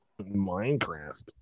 Minecraft